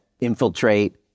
infiltrate